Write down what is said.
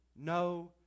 no